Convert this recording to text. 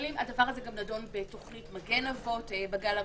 זה גם נדון בתוכנית מגן אבות בגל הראשון,